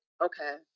okay